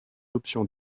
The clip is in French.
options